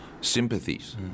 sympathies